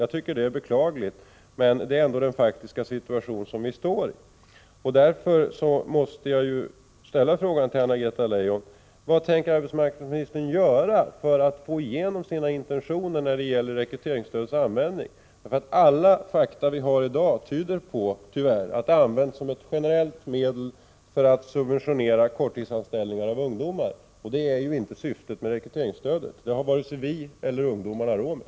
Jag tycker det är beklagligt, men det är ändå den faktiska situation som vi står i. Därför måste jag ställa frågan till Anna-Greta Leijon: Vad tänker arbetsmarknadsministern göra för att få igenom sina intentioner när det gäller rekryteringsstödets användning? Alla fakta som vi har i dag tyder tyvärr på att det används som ett generellt medel för att subventionera korttidsanställning av ungdomar. Det är ju inte syftet med rekryteringsstödet. Det har varken vi eller ungdomarna råd med.